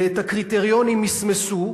ואת הקריטריונים מסמסו.